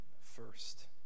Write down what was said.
first